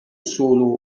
solo